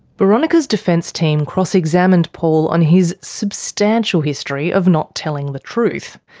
boronika's defence team cross-examined paul on his substantial history of not telling the truth.